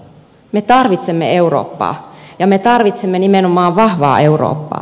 me tarvitsemme eurooppaa ja me tarvitsemme nimenomaan vahvaa eurooppaa